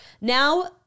now